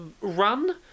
run